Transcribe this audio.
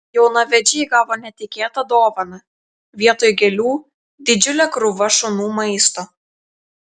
jaunavedžiai gavo netikėtą dovaną vietoj gėlių didžiulė krūva šunų maisto